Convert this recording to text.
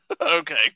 Okay